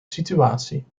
situatie